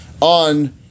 on